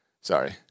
Sorry